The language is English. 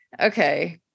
okay